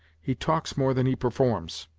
he talks more than he performs.